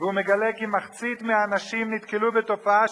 והוא מגלה כי "מחצית מהנשים נתקלו בתופעה של